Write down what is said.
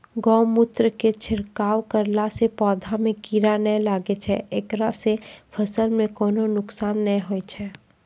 गोमुत्र के छिड़काव करला से पौधा मे कीड़ा नैय लागै छै ऐकरा से फसल मे कोनो नुकसान नैय होय छै?